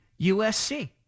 USC